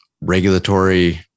regulatory